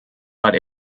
but